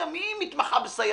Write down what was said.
גם היא מתמחה בסיידות.